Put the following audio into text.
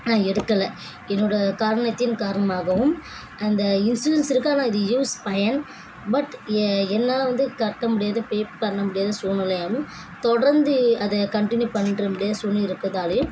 நான் எடுக்கலை என்னோடய காரணத்தின் காரணமாகவும் அந்த இன்சூரன்ஸ் இருக்குது ஆனால் அது யூஸ் பயன் பட் எ என்னால் வந்து கட்ட முடியாது பே பண்ண முடியாத சூல்நிலையாலும் தொடர்ந்து அதை கன்ட்டினியூ பண்ற முடியாத சூழ்நிலை இருக்கிறதாலையும்